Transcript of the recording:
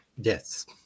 yes